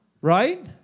Right